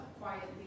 quietly